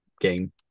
game